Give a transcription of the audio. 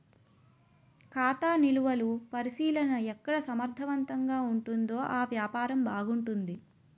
ఖాతా నిలువలు పరిశీలన ఎక్కడ సమర్థవంతంగా ఉంటుందో ఆ వ్యాపారం బాగుంటుంది